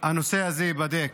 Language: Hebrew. הנושא הזה ייבדק.